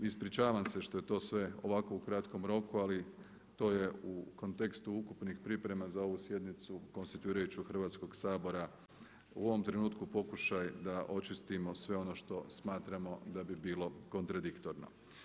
Ispričavam se što je to sve ovako u kratkom roku, ali to je u kontekstu ukupnih priprema za ovu sjednicu konstituirajuću Hrvatskog sabora u ovom trenutku pokušaj da očistimo sve ono što smatramo da bi bilo kontradiktorno.